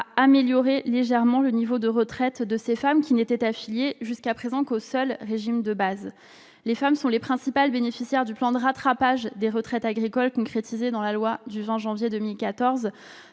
à améliorer légèrement le niveau de retraite de ces femmes jusqu'alors affiliées au seul régime de base. Les femmes sont les principales bénéficiaires du plan de rattrapage des retraites agricoles qui s'est concrétisé dans la loi du 20 janvier 2014.